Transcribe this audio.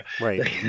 Right